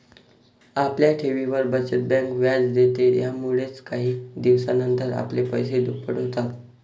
आपल्या ठेवींवर, बचत बँक व्याज देते, यामुळेच काही दिवसानंतर आपले पैसे दुप्पट होतात